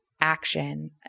action